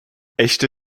echte